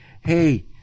hey